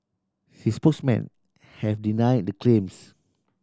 his spokesmen have denied the claims